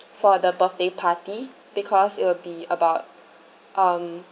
for the birthday party because it will be about um